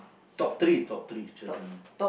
top three top three children name